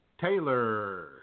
Taylor